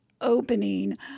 opening